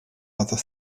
other